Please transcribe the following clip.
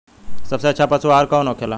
सबसे अच्छा पशु आहार कौन होखेला?